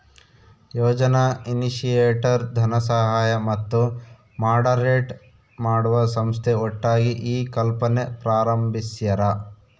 ಯೋಜನಾ initiator ಧನಸಹಾಯ ಮತ್ತು moderate ಮಾಡುವ ಸಂಸ್ಥೆ ಒಟ್ಟಾಗಿ ಈ ಕಲ್ಪನೆ ಪ್ರಾರಂಬಿಸ್ಯರ